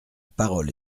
parole